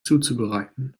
zuzubereiten